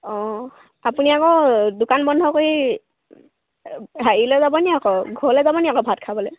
অঁ আপুনি আকৌ দোকান বন্ধ কৰি হেৰি লৈ যাব নেকি আকৌ ঘৰলৈ যাব নেকি আকৌ ভাত খাবলৈ